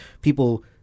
people